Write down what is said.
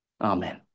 Amen